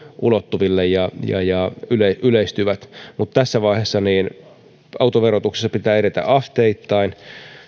ulottuville ja yleistyvät mutta tässä vaiheessa autoverotuksessa pitää edetä asteittain